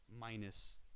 minus